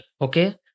Okay